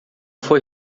foi